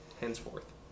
henceforth